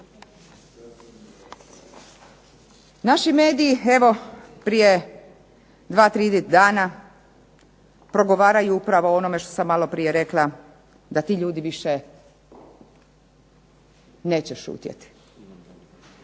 Naši mediji evo prije dva, tri dana progovaraju upravo o onome što sam maloprije rekla da ti ljudi više neće šutjeti.